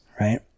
right